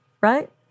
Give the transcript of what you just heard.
right